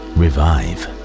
revive